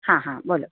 હાં હાં બોલો